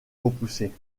repoussée